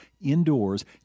indoors